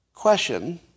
Question